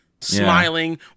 smiling